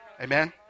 Amen